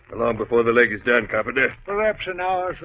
before the leg is done covered it perhaps an hour